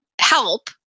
help